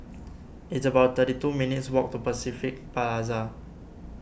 it's about thirty two minutes' walk to Pacific Plaza